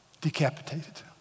decapitated